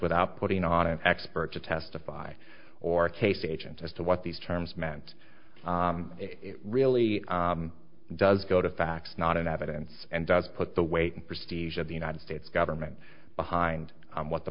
without putting on an expert to testify or case agent as to what these terms meant it really does go to facts not in evidence and does put the weight prestigious of the united states government behind what the